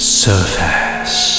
surface